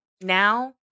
Now